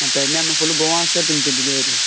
आं पेडण्या म्हूण फुल गोवा आसा तर तुमचें डिलवरी